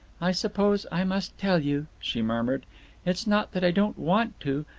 i suppose i must tell you, she murmured it's not that i don't want to.